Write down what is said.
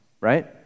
right